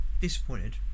disappointed